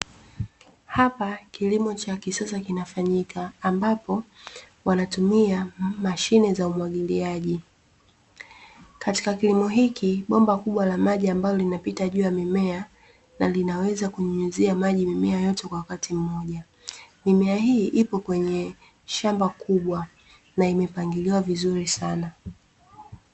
Hapa kilimo cha kisasa kinafanyika, ambapo wanatumia mashine za umwagiliaji, katika kilimo hiki bomba kubwa la maji ambalo limepita juu ya mimea na linaweza kunyunyizia maji mimea yote kwa wakati mmoja, mimea hii ipo kwenye shamba kubwa na imepangiliwa vizuri sana.